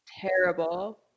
terrible